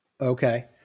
Okay